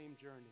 journey